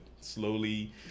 slowly